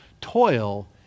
Toil